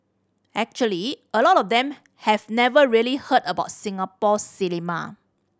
actually a lot of them have never really heard about Singapore cinema